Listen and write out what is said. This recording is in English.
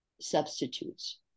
substitutes